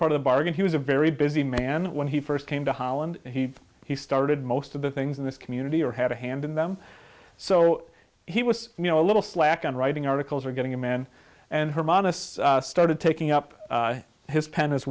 part of the bargain he was a very busy man when he first came to holland and he he started most of the things in this community or had a hand in them so he was you know a little slack on writing articles or getting a man and her monis started taking up his pen as